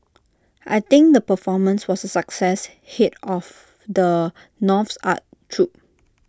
I think the performance was A success Head of the North's art troupe